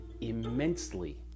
immensely